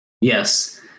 Yes